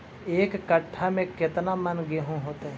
एक कट्ठा में केतना मन गेहूं होतै?